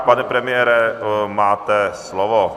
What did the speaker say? Pane premiére, máte slovo.